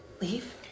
leave